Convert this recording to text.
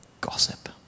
gossip